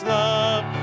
love